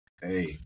Hey